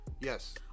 Yes